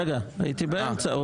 רגע, הייתי באמצע.